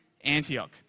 Antioch